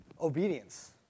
obedience